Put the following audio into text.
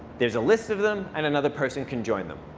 there's a list of them, and another person can join them.